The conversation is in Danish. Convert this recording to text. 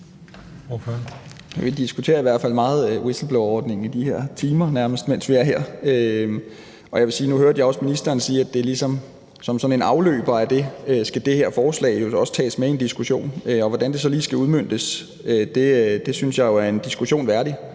Vi diskuterer i hvert fald whistleblowerordningen meget i de her timer, nærmest mens vi er her, og nu hørte jeg ministeren sige, at det her forslag som sådan en afløber af det ligesom også skal tages med i en diskussion, og hvordan det så lige skal udmøntes, synes jeg jo er en diskussion værdig.